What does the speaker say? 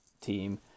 team